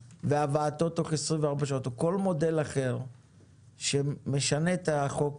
והבאתו תוך 24 שעות או כל מודל אחר שמשנה את החוק